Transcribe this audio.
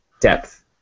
depth